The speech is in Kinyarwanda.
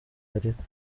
ariko